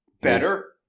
Better